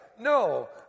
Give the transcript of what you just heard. No